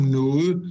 noget